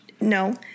No